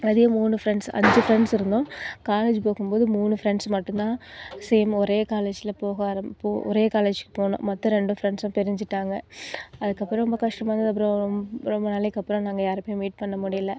அதே மூணு ஃப்ரெண்ட்ஸ் அஞ்சு ஃப்ரெண்ட்ஸ் இருந்தோம் காலேஜ் போகும்போது மூணு ஃப்ரெண்ட்ஸ் மட்டும் தான் சேம் ஒரே காலேஜ்ல போக ஆரம் போ ஒரே காலேஜிக்கு போனோம் மற்ற ரெண்டு ப்ரெண்ட்ஸும் பிரிஞ்சுட்டாங்க அதுக்கப்புறம் ரொம்ப கஷ்டமாக இருந்தது அப்புறம் ரொம்ப நாளைக்கு அப்புறம் நாங்கள் யாருமே மீட் பண்ண முடியல